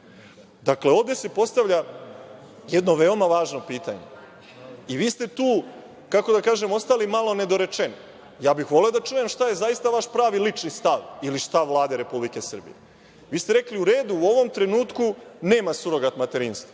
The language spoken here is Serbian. Pavlov. Dakle, ovde se postavlja jedno veoma važno pitanje i vi ste ostali malo nedorečeni. Voleo bih da čujem šta je zaista vaš pravi lični stav ili stav Vlade Republike Srbije. Vi ste rekli – u redu, u ovom trenutku nema surogat materinstva.